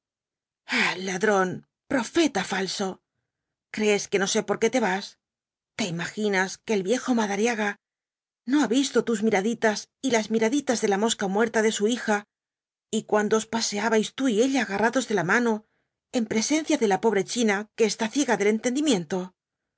ladrón profeta falso crees que no sé por qué te vas te imaginas que el viejo madariaga no ha visto tus miraditas y las miraditas de la mosca muerta de su hija y cuando os paseabais tú y ella agarrados de la mano en presencia de la pobre china que está ciega del entendimiento no